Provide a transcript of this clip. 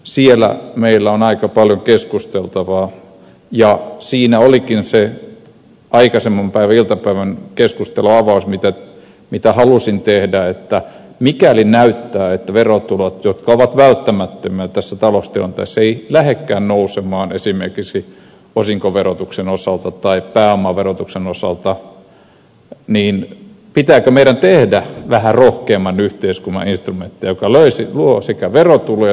siellä meillä on aika paljon keskusteltavaa ja siinä olikin se aikaisemman iltapäivän keskustelun avaus jonka halusin tehdä että mikäli näyttää että verotulot jotka ovat välttämättömiä tässä taloustilanteessa eivät lähdekään nousemaan esimerkiksi osinkoverotuksen osalta tai pääomaverotuksen osalta niin pitääkö meidän tehdä vähän rohkeamman yhteiskunnan instrumentteja jotka luovat verotuloja tähän yhteiskuntaan